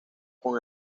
con